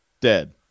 Dead